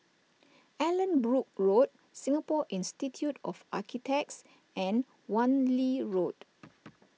Allanbrooke Road Singapore Institute of Architects and Wan Lee Road